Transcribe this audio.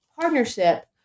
partnership